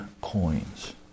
coins